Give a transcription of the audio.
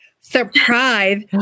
surprise